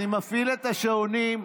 אני מפעיל את השעונים.